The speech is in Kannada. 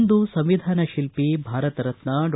ಇಂದು ಸಂವಿಧಾನ ಶಿಲ್ಪಿ ಭಾರತರತ್ನ ಡಾ